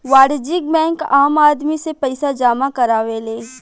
वाणिज्यिक बैंक आम आदमी से पईसा जामा करावेले